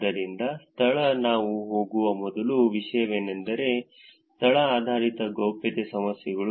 ಆದ್ದರಿಂದ ಸ್ಥಳ ನಾವು ಹೋಗುವ ಮೊದಲ ವಿಷಯವೆಂದರೆ ಸ್ಥಳ ಆಧಾರಿತ ಗೌಪ್ಯತೆ ಸಮಸ್ಯೆಗಳು